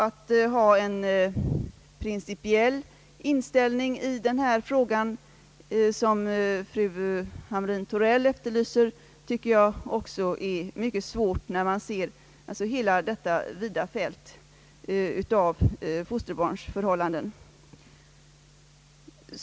Att ha en principiell inställning i den här frågan, något som fru Hamrin-Thorell efterlyser, tycker jag också är mycket svårt, med tanke på hela det vida fältet av fosterbarnsförhållanden.